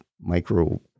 micro